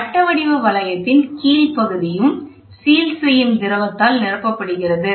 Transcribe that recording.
வட்ட வடிவ வளையத்தின் கீழ் பகுதியும் சீல் செய்யும் திரவத்தால் நிரப்பப்படுகிறது